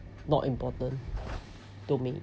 not important to me